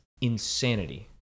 insanity